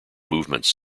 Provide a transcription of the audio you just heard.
movements